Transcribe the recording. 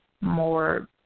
more